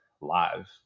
live